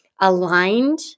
aligned